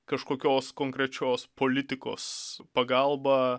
kažkokios konkrečios politikos pagalba